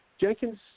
Jenkins